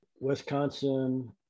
Wisconsin